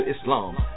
Islam